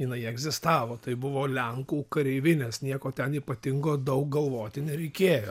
jinai egzistavo tai buvo lenkų kareivinės nieko ten ypatingo daug galvoti nereikėjo